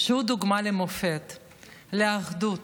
שהוא דוגמה למופת לאחדות,